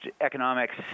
economics